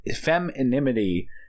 femininity